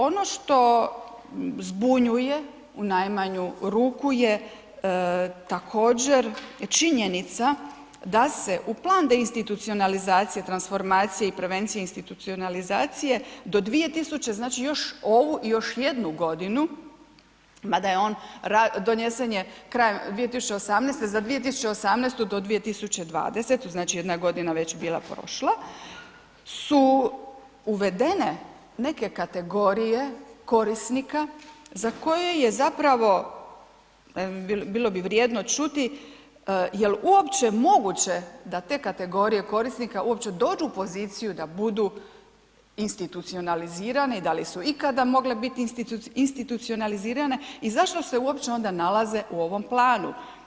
Ono što zbunjuje u najmanju ruku je također činjenica da se u plan deinstitucionalizacije, transformacije, prevencije i institucionalizacije do 2000., znači još ovu i još jednu godinu, mada je on donesen krajem 2018., za 2018. do 2020., znači jedna godina već je bila prošla su uvedene neke kategorije korisnika za koje je zapravo, bilo bi vrijedno čuti, jel' uopće moguće da te kategorije korisnika uopće dođu u poziciju da budu institucionalizirane i da li su ikada mogle biti institucionalizirane i zašto se uopće onda nalaze u ovom planu.